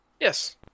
Yes